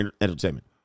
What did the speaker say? entertainment